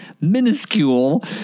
minuscule